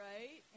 Right